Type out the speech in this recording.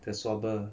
the swabber